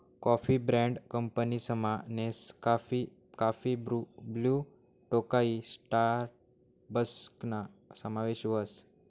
coffee brand कंपनीसमा Nescafe, काफी Bru, Blue Tokai स्टारबक्सना समावेश व्हस